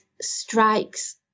strikes